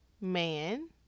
man